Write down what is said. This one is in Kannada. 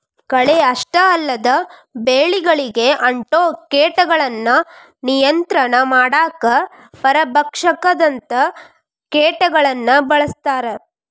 ಕಳೆ ಅಷ್ಟ ಅಲ್ಲದ ಬೆಳಿಗಳಿಗೆ ಅಂಟೊ ಕೇಟಗಳನ್ನ ನಿಯಂತ್ರಣ ಮಾಡಾಕ ಪರಭಕ್ಷಕದಂತ ಕೇಟಗಳನ್ನ ಬಳಸ್ತಾರ